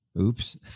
oops